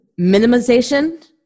minimization